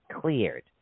cleared